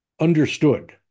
understood